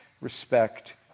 respect